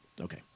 Okay